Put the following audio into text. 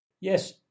Yes